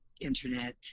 internet